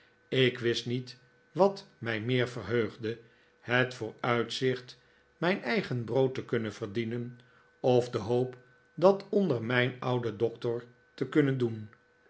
ik wist niet wat mij meer verheugde het vooruitzicht mijn eigen brood te kunnen verdienen of de hoop dat onder mijn ouden doctor te kunnen doen